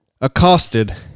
accosted